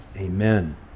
Amen